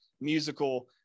musical